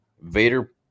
Vader